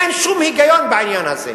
אין שום היגיון בעניין הזה.